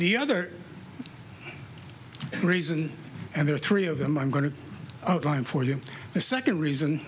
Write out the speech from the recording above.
the other reason and there are three of them i'm going to outline for you the second reason